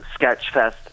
Sketchfest